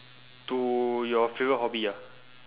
to your favourite hobby ah